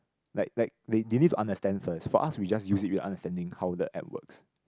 like like they they need to understand first for us we just use it we understand how the app works